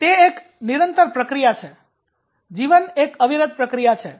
તે એક નિરંતર પ્રક્રિયા છે જીવન એક અવિરત પ્રક્રિયા છે